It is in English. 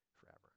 forever